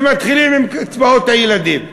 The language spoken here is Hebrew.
ומתחילים עם קצבאות הילדים.